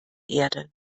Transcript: erde